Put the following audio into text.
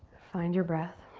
find your breath.